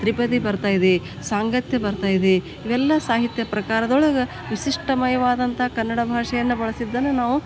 ತ್ರಿಪದಿ ಬರ್ತಾ ಇದೆ ಸಾಂಗತ್ಯ ಬರ್ತಾ ಇದೆ ಇವೆಲ್ಲ ಸಾಹಿತ್ಯ ಪ್ರಕಾರದೊಳಗೆ ವಿಶಿಷ್ಟಮಯವಾದಂಥ ಕನ್ನಡ ಭಾಷೆಯನ್ನು ಬಳಸಿದ್ದನ್ನು ನಾವು